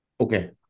Okay